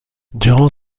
durant